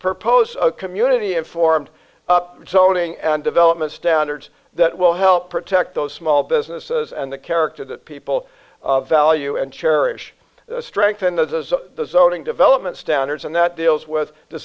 proposed community informed sauteing development standards that will help protect those small businesses and the character that people value and cherish strengthen the voting development standards and that deals with the